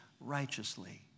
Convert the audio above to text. righteously